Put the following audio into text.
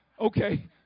Okay